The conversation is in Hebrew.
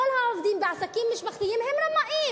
כל העובדים בעסקים משפחתיים הם רמאים.